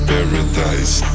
Paradise